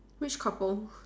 which couple